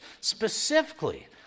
Specifically